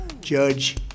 judge